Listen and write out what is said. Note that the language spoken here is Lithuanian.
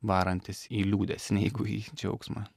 varantis į liūdesį negu į džiaugsmą